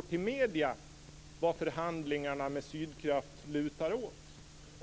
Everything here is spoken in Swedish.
kunnat meddela varåt förhandlingarna med Sydkraft lutar.